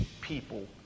people